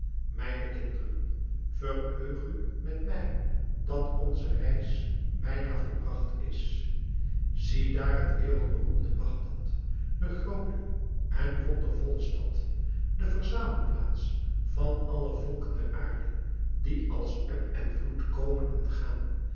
mijne kinderen verheug u met mij dat onze reis bijna volbragt is ziedaar het wereldberoemde bagdad de groote en wondervolle stad de verzamelplaats van alle volken der aarde die als eb en vloed komen en gaan